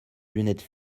lunettes